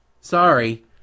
Sorry